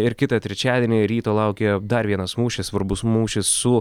ir kitą trečiadienį ryto laukia dar vienas mūšis svarbus mūšis su